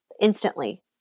instantly